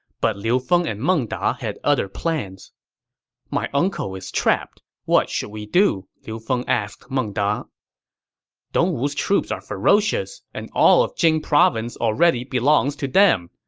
but liu feng and meng da had other plans my uncle is trapped what shall we do? liu feng asked meng da dongwu's troops are ferocious, and all of jing province already belongs to them,